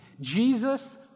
Jesus